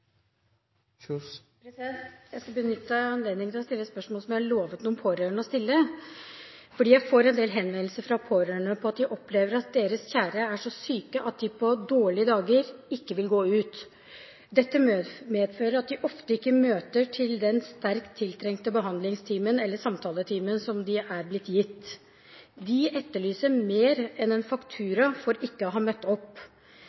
Jeg skal benytte anledningen til å stille et spørsmål som jeg har lovet noen pårørende å stille. Jeg får en del henvendelser fra pårørende som opplever at deres kjære er så syke at de på dårlige dager ikke vil gå ut. Dette medfører at de ofte ikke møter til den sterkt tiltrengte behandlings- eller samtaletimen de har blitt gitt. De etterlyser mer enn en faktura for ikke å ha møtt opp.